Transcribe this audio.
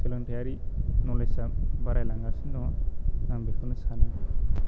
सोलोंथाइयारि नलेजफ्रा बारायलांगासिनो दं आं बेखौनो सानो